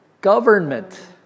Government